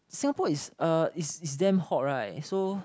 Singapore is uh is is damn hot right so